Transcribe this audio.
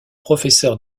professeur